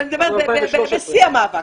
אני מדברת על שיא המאבק.